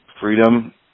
freedom